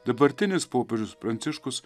dabartinis popiežius pranciškus